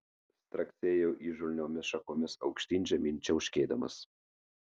straksėjo įžulniomis šakomis aukštyn žemyn čiauškėdamas